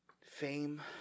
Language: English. fame